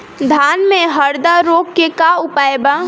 धान में हरदा रोग के का उपाय बा?